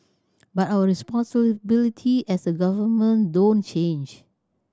but our responsibility as a government don't change